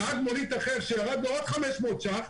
נהג מונית אחר שירדו לו עוד 500 ש"ח,